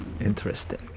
interesting